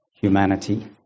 humanity